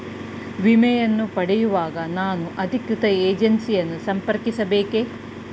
ವಿಮೆಯನ್ನು ಪಡೆಯುವಾಗ ನಾನು ಅಧಿಕೃತ ಏಜೆನ್ಸಿ ಯನ್ನು ಸಂಪರ್ಕಿಸ ಬೇಕೇ?